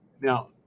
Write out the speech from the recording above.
now